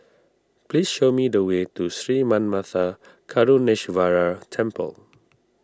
please show me the way to Sri Manmatha Karuneshvarar Temple